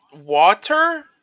water